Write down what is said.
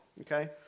Okay